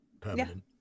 Permanent